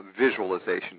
visualization